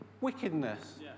wickedness